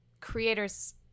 creators